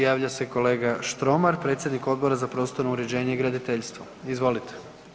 Javlja se kolega Štromar, predsjednik Odbora za prostorno uređenje i graditeljstvo, izvolite.